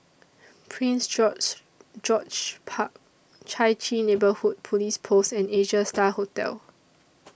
Prince George George's Park Chai Chee Neighbourhood Police Post and Asia STAR Hotel